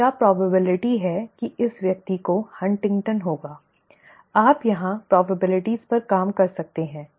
और क्या संभावना है कि इस व्यक्ति को हंटिंगटन होगा आप यहां संभावनाओं पर काम कर सकते हैं